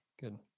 good